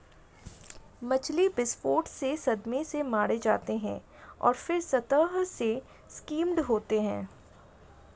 मछली विस्फोट से सदमे से मारे जाते हैं और फिर सतह से स्किम्ड होते हैं